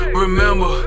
remember